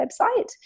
website